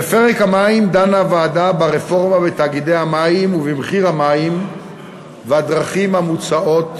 בפרק המים דנה הוועדה ברפורמה בתאגידי המים ובמחיר המים ובדרכים המוצעות